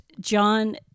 John